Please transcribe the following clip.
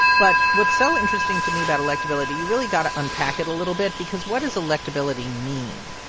but what's so interesting to me about electability you really got to unpack it a little bit because what does electability mean?